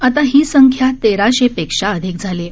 आता ही संख्या तेराशेपेक्षा अधिक झाली आहे